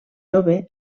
jove